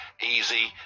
easy